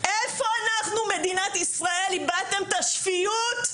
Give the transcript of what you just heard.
איפה אנחנו מדינת ישראל איבדתם את השפיות?